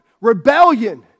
Rebellion